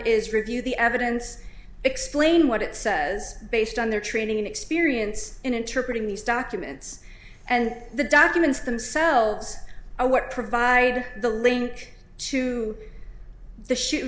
is review the evidence explain what it says based on their training experience in interpreting these documents and the documents themselves are what provide the link to the sho